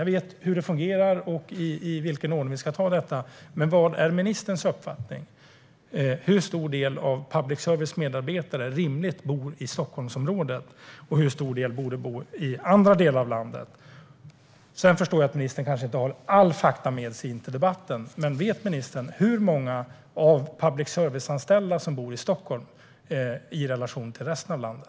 Jag vet hur det fungerar och i vilken ordning vi ska ta det här, men vad är ministerns uppfattning? Hur stor del av public services medarbetare kan bo i Stockholmsområdet? Vad är rimligt? Hur stor del borde bo i andra delar av landet? Jag förstår om ministern inte har alla fakta med sig till debatten. Men vet ministern hur många public service-anställda som bor i Stockholm i relation till resten av landet?